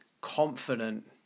confident